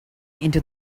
into